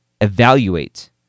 evaluate